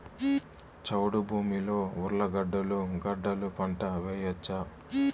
చౌడు భూమిలో ఉర్లగడ్డలు గడ్డలు పంట వేయచ్చా?